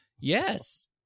Yes